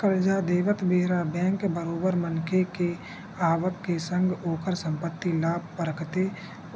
करजा देवत बेरा बेंक बरोबर मनखे के आवक के संग ओखर संपत्ति ल परखथे